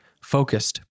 focused